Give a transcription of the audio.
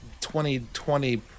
2020